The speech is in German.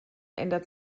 ändert